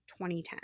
2010